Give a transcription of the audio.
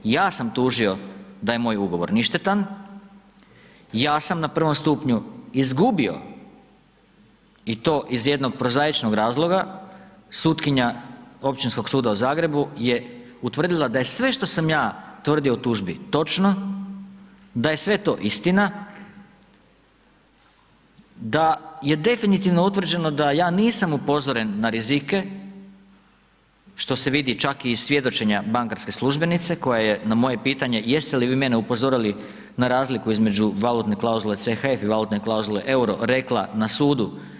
Ja sam tužio da je moj ugovor ništetan, ja sam na prvom stupnju izgubio i to iz jednog prozaičnog razloga, sutkinja Općinskog suda u Zagrebu je utvrdila da je sve što sam ja tvrdio u tužbi točno, da sve to istina, da je definitivno utvrđeno da ja nisam upozoren na rizike što se vidi čak i svjedočenja bankarske službenice koja je na moje pitanje jeste li vi mene upozorili na razliku između valutne klauzule CHF i valutne klauzule euro, rekla na sudu?